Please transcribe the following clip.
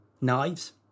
knives